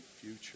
future